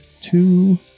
two